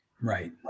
Right